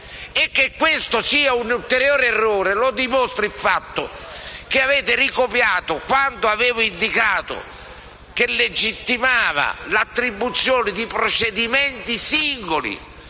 Che questo sia un ulteriore errore lo dimostra il fatto che avete ricopiato la condizione da me indicata, che legittimava l'attribuzione di procedimenti singoli